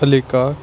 علی کاکھ